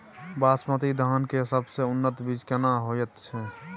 बासमती धान के सबसे उन्नत बीज केना होयत छै?